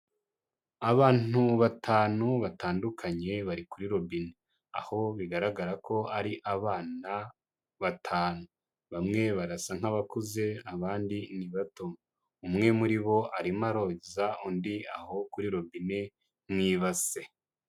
Abantu batanu batandukanye bari kuri robine aho bigaragara ko ari abana batanu bamwe barasa nkabakuze abandi ni bato, umwe muri bo arimo aroza undi aho kuri robine mu ibase.